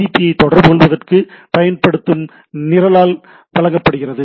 B TCP IP ஐ தகவல்தொடர்புக்கு பயன்படுத்தும் நிரலால் வழங்கப்படுகிறது